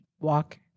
walk